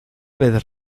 vez